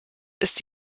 ist